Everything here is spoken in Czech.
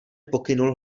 pokynul